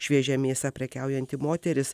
šviežia mėsa prekiaujanti moteris